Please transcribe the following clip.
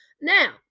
Now